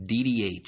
DDH